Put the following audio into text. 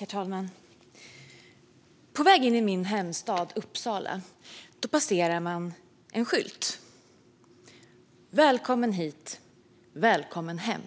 Herr talman! På väg in i min hemstad Uppsala passerar man en skylt: Välkommen hit. Välkommen hem.